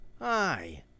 Aye